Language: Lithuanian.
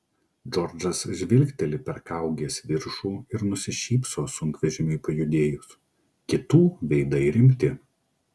džordžas žvilgteli per kaugės viršų ir nusišypso sunkvežimiui pajudėjus kitų veidai rimti